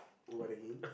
what again